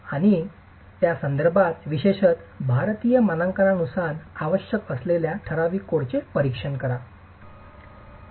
आणि त्या संदर्भात विशेषत भारतीय मानकांनुसार आवश्यक असलेल्या ठराविक कोडचे परीक्षण करा